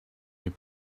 your